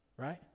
right